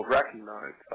recognize